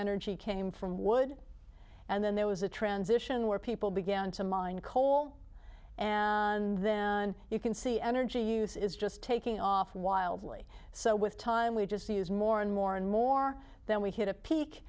energy came from wood and then there was a transition where people began to mine coal and them and you can see energy use is just taking off wildly so with time we just use more and more and more then we hit a peak